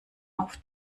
auf